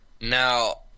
Now